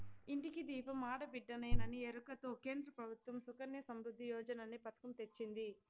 ఇంటికి దీపం ఆడబిడ్డేననే ఎరుకతో కేంద్ర ప్రభుత్వం సుకన్య సమృద్ధి యోజననే పతకం తెచ్చింది